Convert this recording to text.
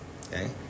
okay